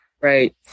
Right